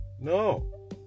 No